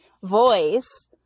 voice